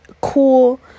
cool